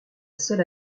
seule